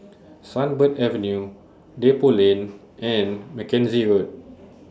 Sunbird Avenue Depot Lane and Mackenzie Road